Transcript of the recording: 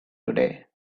today